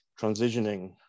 transitioning